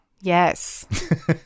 Yes